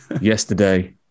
Yesterday